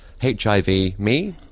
HIVme